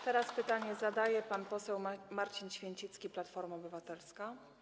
Teraz pytanie zadaje pan poseł Marcin Święcicki, Platforma Obywatelska.